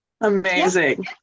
Amazing